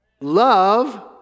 Love